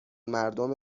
مردم